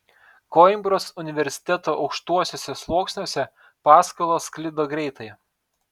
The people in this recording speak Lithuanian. koimbros universiteto aukštuosiuose sluoksniuose paskalos sklido greitai